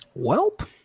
Welp